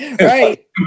Right